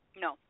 No